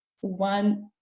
one